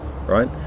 right